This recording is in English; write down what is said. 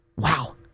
Wow